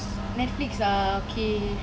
Netflix ah okay